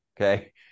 okay